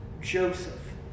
Joseph